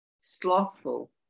Slothful